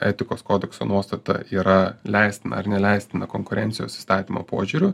etikos kodekso nuostata yra leistina ar neleistina konkurencijos įstatymo požiūriu